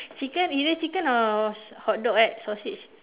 chicken is it chicken or hot dog right sausage